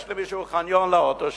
יש למישהו חניון לאוטו שלו,